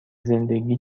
زندگی